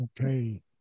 okay